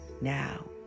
Now